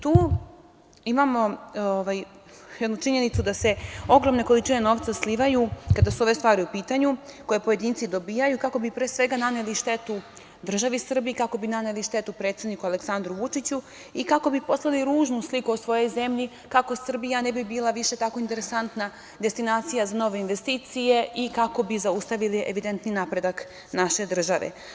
Tu imamo jednu činjenicu da se ogromne količine novca slivaju, kada su ove stvari u pitanju, koje pojedinci dobijaju, kako bi pre svega naneli štetu državi Srbiji, kako bi naneli štetu predsedniku Aleksandru Vučiću i kako bi poslali ružnu sliku o svojoj zemlji, kako Srbija ne bi bila više tako interesantna destinacija za nove investicije i kako bi zaustavili evidentni napredak naše države.